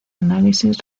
análisis